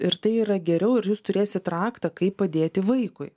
ir tai yra geriau ir jūs turėsit raktą kaip padėti vaikui